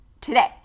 today